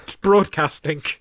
broadcasting